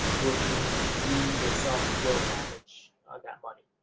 which means you, yourself, will manage that money.